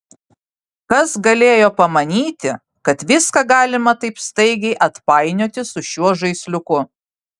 kas galėjo pamanyti kad viską galima taip staigiai atpainioti su šiuo žaisliuku